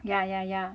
ya ya ya